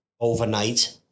overnight